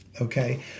Okay